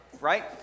right